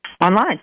online